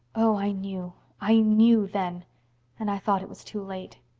oh, i knew i knew then and i thought it was too late.